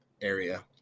area